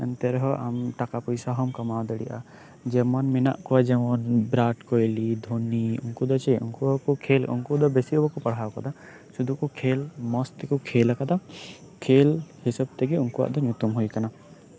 ᱮᱱᱛᱮ ᱨᱮᱦᱚᱸ ᱟᱢ ᱴᱟᱠᱟ ᱯᱚᱭᱥᱟ ᱦᱚᱢ ᱠᱟᱢᱟᱣ ᱫᱟᱲᱮᱭᱟᱜᱼᱟ ᱡᱮᱢᱚᱱ ᱢᱮᱱᱟᱜ ᱠᱚᱣᱟ ᱡᱮᱢᱚᱱ ᱵᱤᱨᱟᱴ ᱠᱟᱦᱞᱤ ᱫᱷᱳᱱᱤ ᱩᱱᱠᱩ ᱫᱚ ᱪᱮᱫ ᱩᱱᱠᱩ ᱠᱚ ᱠᱷᱮᱞ ᱩᱱᱠᱩ ᱫᱚ ᱵᱮᱥᱤ ᱵᱟᱠᱚ ᱯᱟᱲᱦᱟᱣ ᱠᱟᱫᱟ ᱥᱩᱫᱷ ᱠᱚ ᱠᱷᱮᱞ ᱢᱚᱸᱡ ᱛᱮᱠᱚ ᱠᱷᱮᱞ ᱠᱟᱫᱟ ᱠᱷᱮᱞ ᱦᱤᱥᱟᱹᱵ ᱛᱮᱜᱮ ᱩᱱᱠᱩᱣᱟᱜ ᱫᱚ ᱧᱩᱛᱩᱢ ᱦᱩᱭ ᱠᱟᱱᱟ